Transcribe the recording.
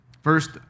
First